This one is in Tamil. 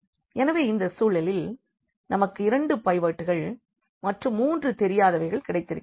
எனவே இந்த சூழலில் நமக்கு 2 பைவோட்கள் மற்றும் மூன்று தெரியாதவைகள் கிடைத்திருக்கின்றன